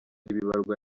bibarwa